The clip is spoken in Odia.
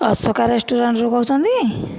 ଅଶୋକା ରେଷ୍ଟୁରାଣ୍ଟରୁ କହୁଛନ୍ତି